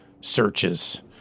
searches